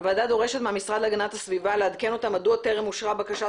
הוועדה דורשת מהמשרד להגנת הסביבה לעדכן אותה מדוע טרם אושרה בקשת